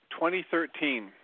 2013